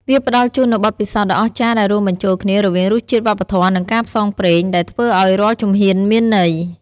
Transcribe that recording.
វាផ្តល់ជូននូវបទពិសោធន៍ដ៏អស្ចារ្យដែលរួមបញ្ចូលគ្នារវាងរសជាតិ វប្បធម៌ និងការផ្សងព្រេង ដែលធ្វើឱ្យរាល់ជំហានមានន័យ។